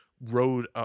rode